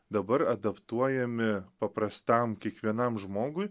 dabar adaptuojami paprastam kiekvienam žmogui